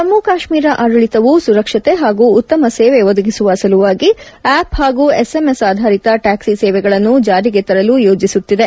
ಜಮ್ನು ಕಾಶ್ನೀರ ಆಡಳಿತವು ಸುರಕ್ಷತೆ ಹಾಗೂ ಉತ್ತಮ ಸೇವೆ ಒದಗಿಸುವ ಸಲುವಾಗಿ ಆಪ್ ಹಾಗೂ ಎಸ್ಎಂಎಸ್ ಆಧಾರಿತ ಟ್ಲಾಕ್ಷಿ ಸೇವೆಗಳನ್ನು ಜಾರಿಗೆ ತರಲು ಯೋಜಿಸುತ್ತಿದೆ